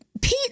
Pete